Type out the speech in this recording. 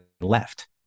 left